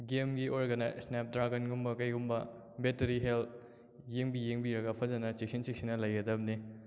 ꯒꯦꯝꯒꯤ ꯑꯣꯏꯔꯒꯅ ꯏꯁꯅꯦꯞ ꯗ꯭ꯔꯥꯒꯟꯒꯨꯝꯕ ꯀꯔꯤꯒꯨꯝꯕ ꯕꯦꯇꯔꯤ ꯍꯦꯜꯊ ꯌꯦꯡꯕꯤ ꯌꯦꯡꯕꯤꯔꯒ ꯐꯖꯅ ꯆꯦꯛꯁꯤꯟ ꯆꯦꯛꯁꯤꯟꯅ ꯂꯩꯒꯗꯕꯅꯤ